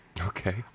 Okay